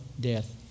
death